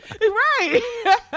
Right